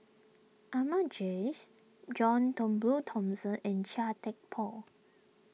Ahmad Jais John Turnbull Thomson and Chia Thye Poh